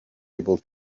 able